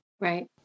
Right